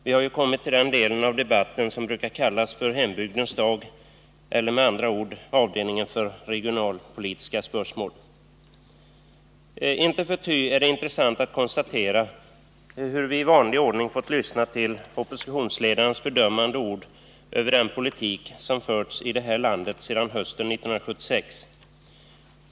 Vi har ju kommit till den delen av debatten som brukar kallas för ”hembygdens dag” eller med andra ord avdelningen för regionalpolitiska spörsmål. Inte förty är det intressant att konstatera hur vi i vanlig ordning fått lyssna till oppositionsledarens fördömande ord över den politik som förts i det här landet sedan hösten 1976.